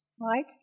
right